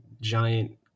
giant